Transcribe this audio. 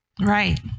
Right